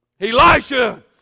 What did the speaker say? Elisha